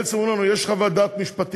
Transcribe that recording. בעצם אומרים לנו: יש חוות דעת משפטית.